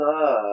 love